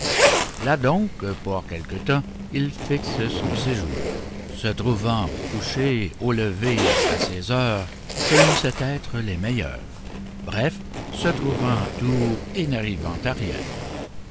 là donc pour quelque temps il fixe son séjour se trouvant au coucher au lever à ces heures que l'on sait être les meilleures bref se trouvant à tout et n'arrivant